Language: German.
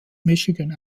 michigan